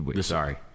Sorry